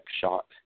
shot